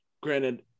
granted